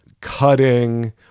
cutting